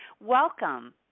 Welcome